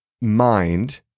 mind